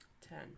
Ten